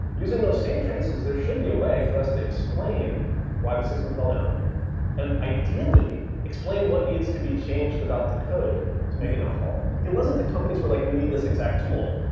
using those same traces, there should be a way for us to explain why the system fell down and ideally explain what needs to be changed about the code to make it not fall down it wasn't that companies were like we need this exact tool.